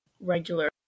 regular